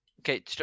Okay